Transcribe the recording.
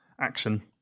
action